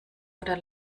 oder